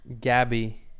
gabby